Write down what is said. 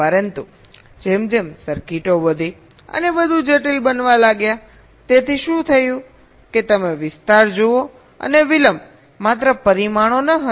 પરંતુ જેમ જેમ સર્કિટો વધુ અને વધુ જટિલ બનવા લાગ્યા તેથી શું થયું કે તમે વિસ્તાર જુઓ અને વિલંબ માત્ર પરિમાણો ન હતા